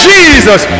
Jesus